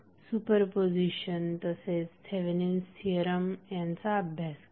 superposition तसेच Thevenin's theorem यांचा अभ्यास केला